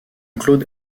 claude